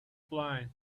blind